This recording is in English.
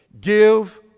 Give